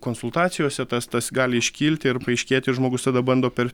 konsultacijose tas tas gali iškilti ir paaiškėti žmogus tada bando per